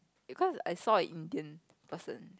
because I saw an Indian person